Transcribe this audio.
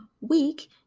week